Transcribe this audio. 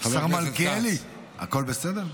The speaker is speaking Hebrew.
חבר הכנסת כץ השר מלכיאלי, הכול בסדר?